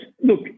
look